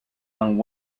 and